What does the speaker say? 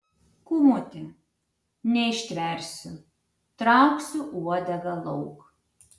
kūmute neištversiu trauksiu uodegą lauk